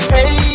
Hey